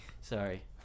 Sorry